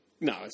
no